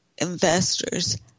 investors